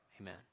Amen